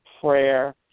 prayer